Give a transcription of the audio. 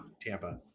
Tampa